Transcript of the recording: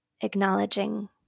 acknowledging